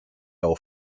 ill